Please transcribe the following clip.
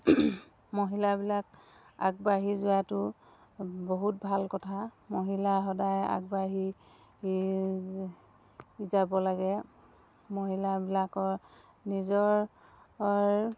মহিলাবিলাক আগবাঢ়ি যোৱাতো বহুত ভাল কথা মহিলা সদায় আগবাঢ়ি যাব লাগে মহিলাবিলাকৰ নিজৰৰ